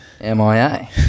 MIA